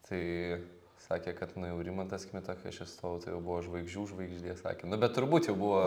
tai sakė kad nu jau rimantas kmita kai aš įstojau tai jau buvo žvaigždžių žvaigždė sakė nu bet turbūt jau buvo